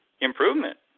improvement